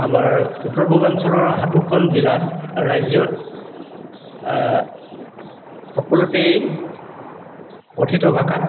আমাৰ উত্তৰ পূৰ্বাঞ্চলৰ সাতোখন জিলাত ৰাজ্যত সকলোতেই কথিত ভাষাত